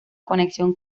conexión